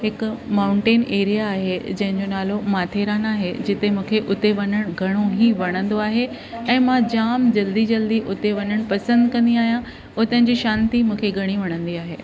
हिकु mountain area आहे जंहिंजो नालो माथेरान आहे जिते मूंखे हुते वञण घणो ई वणंदो आहे ऐं मां जाम जल्दी जल्दी हुते वञण पसंदि कंदी आहियां उतनि जी शांति मूंखे घणी वणंदी आहे